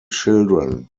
children